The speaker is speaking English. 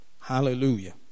Hallelujah